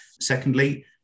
Secondly